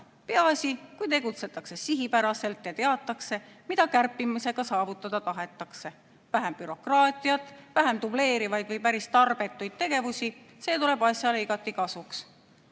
Peaasi, kui tegutsetakse sihipäraselt ja teatakse, mida kärpimisega saavutada tahetakse: vähem bürokraatiat, vähem dubleerivaid või päris tarbetuid tegevusi. See tuleb asjale igati kasuks.